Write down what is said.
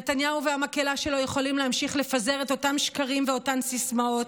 נתניהו והמקהלה שלו יכולים להמשיך לפזר את אותם שקרים ואותן סיסמאות,